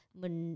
mình